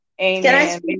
Amen